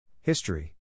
History